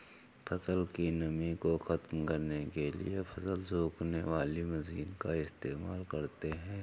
फसल की नमी को ख़त्म करने के लिए फसल सुखाने वाली मशीन का इस्तेमाल करते हैं